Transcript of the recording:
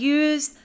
use